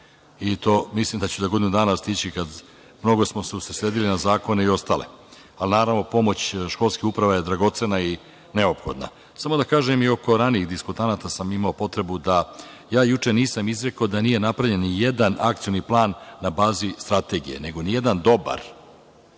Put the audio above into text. sada znam preko 700 direktora lično. Mnogo smo se usredsredili na zakone i ostale. Pomoć školske uprave je dragocena i neophodna. Samo da kažem, i oko ranijih diskutanata sam imao potrebu, juče nisam izrekao da nije napravljen ni jedan akcioni plan na bazi strategije, nego ni jedan dobar.